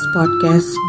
Podcast